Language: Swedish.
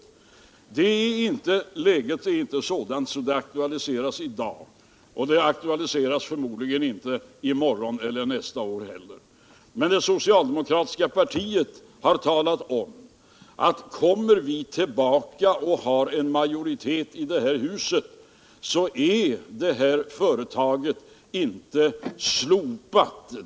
Läget är inte sådant att Stålverk 80 aktualiseras i dag, och det aktualiseras förmodligen inte i morgon eller nästa år heller. Men det socialdemokratiska partiet har talat om, att kommer vi tillbaka med en majoritet i det här huset, så är det företaget inte slopat.